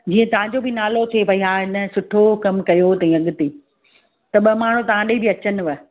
जीअं तव्हांजो बि नालो थिए भई हा हिन सुठो कमु कयो अथेई अॻिते त ॿ माण्हू तव्हां ॾांहु बि अचनिव